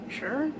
sure